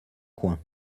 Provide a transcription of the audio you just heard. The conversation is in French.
coin